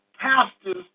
pastors